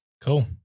Cool